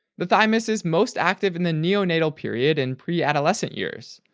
the thymus is most active in the neonatal period and pre-adolescent years,